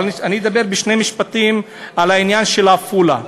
אבל אני אדבר בשני משפטים על העניין של עפולה,